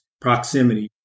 proximity